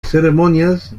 ceremonias